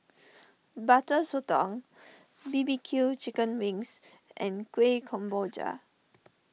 Butter Sotong B B Q Chicken Wings and Kuih Kemboja